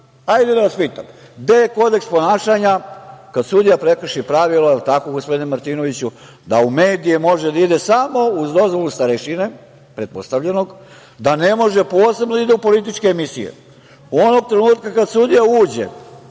Hajde da vas pitam, gde je kodeks ponašanja kada sudija prekrši pravilo, je li tako, gospodine Martinoviću, da u medije može da ide samo uz dozvolu starešine, pretpostavljenog, da ne može posebno da ide u političke emisije? Onog trenutka kada sudija uđe